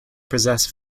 possess